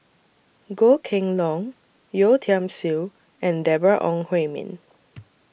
Goh Kheng Long Yeo Tiam Siew and Deborah Ong Hui Min